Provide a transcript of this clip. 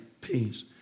peace